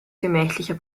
gemächlicher